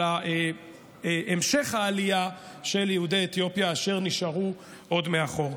על המשך העלייה של יהודי אתיופיה אשר נשארו עוד מאחור.